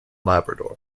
labrador